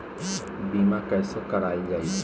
बीमा कैसे कराएल जाइ?